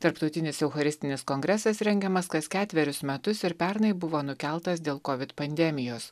tarptautinis eucharistinis kongresas rengiamas kas ketverius metus ir pernai buvo nukeltas dėl kovid pandemijos